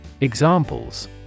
Examples